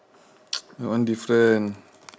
that one different